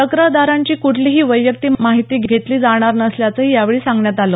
तक्रारदारांची क्ठलीही वैयक्तिक माहिती घेतली जाणार नसल्याचंही यावेळी सांगण्यात आल